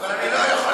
אבל אני לא יכול,